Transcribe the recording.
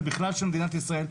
ובכלל של מדינת ישראל,